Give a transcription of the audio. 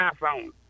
iPhone